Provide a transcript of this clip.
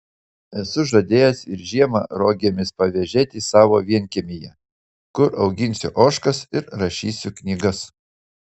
esu žadėjęs ir žiemą rogėmis pavėžėti savo vienkiemyje kur auginsiu ožkas ir rašysiu knygas